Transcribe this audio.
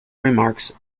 remarks